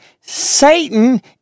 Satan